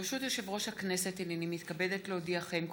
ברשות יושב-ראש הכנסת, הינני מתכבדת להודיעכם,